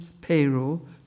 payroll